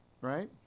Right